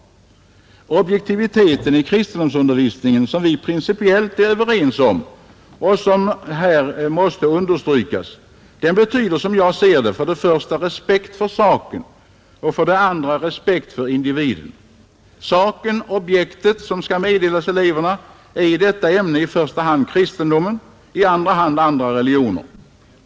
Objektiviteten i kristendomsundervisningen, som vi principiellt är överens om och som här måste understrykas, betyder som jag ser det för det första respekt för saken och för det andra respekt för individen. Saken, objektet, som skall meddelas eleverna är i detta ämne i första hand kristendomen, i andra hand övriga religioner.